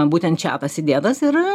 būtent čiatas įdėtas ir